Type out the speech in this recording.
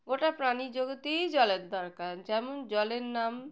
গোটা প্রাণী জগতেই জলের দরকার যেমন জলের নাম